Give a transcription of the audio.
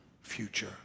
future